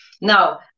now